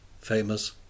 famous